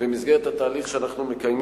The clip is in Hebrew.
הכוללת תיקונים